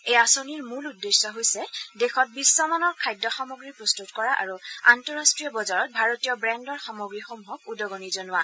এই আঁচনিৰ মূল উদ্দেশ্য হৈছে দেশত বিধ্ব মানৰ খাদ্য সামগ্ৰী প্ৰস্তুত কৰা আৰু আন্তৰাষ্ট্ৰীয় বজাৰত ভাৰতীয় ব্ৰেণ্ডৰ সামগ্ৰীসমূহক উদ্গণি জনোৱা